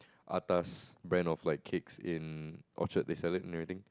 atas brand of like cakes in Orchard they sell it and everything